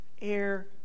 air